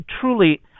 truly